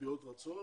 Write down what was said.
משביעות רצון,